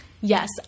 Yes